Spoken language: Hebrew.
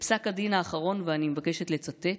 בפסק הדין האחרון, ואני מבקשת לצטט: